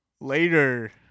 Later